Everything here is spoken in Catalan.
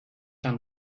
tan